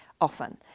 often